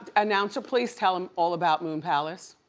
announcer, please tell him all about moon palace.